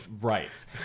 right